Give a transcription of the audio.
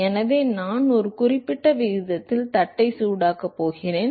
எனவே நான் ஒரு குறிப்பிட்ட விகிதத்தில் தட்டை சூடாக்கப் போகிறேன்